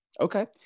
Okay